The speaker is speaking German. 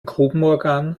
grubenorgan